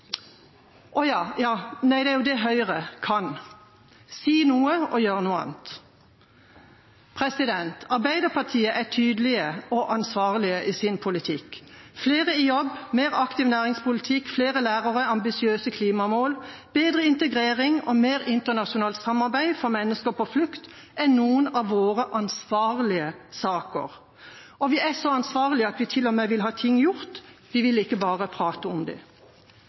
det er jo det Høyre kan – si noe og gjøre noe annet. Arbeiderpartiet er tydelige og ansvarlige i sin politikk. Flere i jobb, en mer aktiv næringspolitikk, flere lærere, ambisiøse klimamål, bedre integrering og mer internasjonalt samarbeid for mennesker på flukt er noen av våre ansvarlige saker. Vi er til og med så ansvarlige at vi vil ha ting gjort, vi vil ikke bare prate om